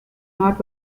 not